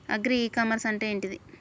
Agri e commerce అంటే ఏంటిది?